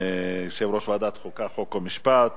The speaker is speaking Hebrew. יושב-ראש ועדת החוקה, חוק ומשפט,